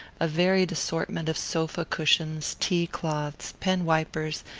a varied assortment of sofa-cushions, tea-cloths, pen-wipers,